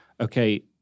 okay